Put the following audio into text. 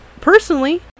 Personally